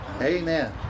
Amen